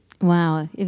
Wow